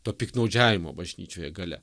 to piktnaudžiavimo bažnyčioje galia